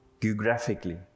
geographically